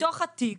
מתוך התיק,